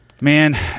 Man